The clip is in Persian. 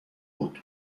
بود